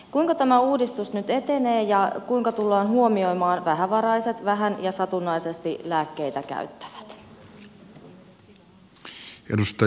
kuinka tämä uudistus nyt etenee ja kuinka tullaan huomioimaan vähävaraiset vähän ja satunnaisesti lääkkeitä käyttävät